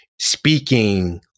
speaking